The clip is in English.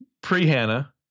pre-Hannah